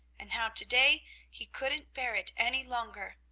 and how to-day he couldn't bear it any longer.